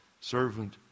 servant